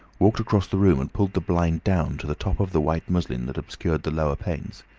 walked across the room and pulled the blind down to the top of the white muslin that obscured the lower panes.